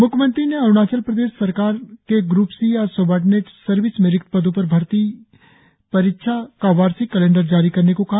म्ख्यमंत्री ने अरुणाचल प्रदेश सरकार के ग्र्प सी या सबार्डिनेट सर्विस में रिक्त पदों पर भर्ती परीक्षा का वार्षिक कैलेंडर जारी करने को कहा